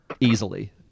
easily